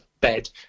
bed